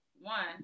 one